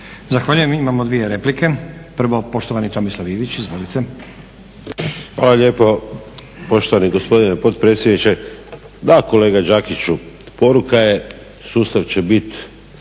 Zahvaljujem. Imamo dvije replike. Poštovani Tomislav Ivić. Izvolite. **Ivić, Tomislav (HDZ)** Hvala lijepo poštovani gospodine potpredsjedniče. Da kolega Đakiću, poruka je sustav će biti